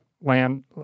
Land